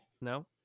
No